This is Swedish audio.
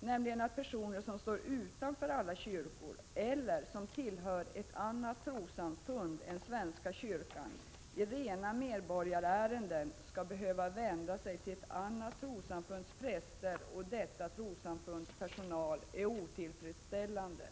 det förhållandet att personer som står utanför alla kyrkor eller som tillhör ett annat trossamfund än svenska kyrkan i rena medborgarärenden skall behöva vända sig till ett annat trossamfunds präster och detta trossamfunds personal är otillfredsställande.